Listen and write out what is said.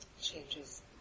Changes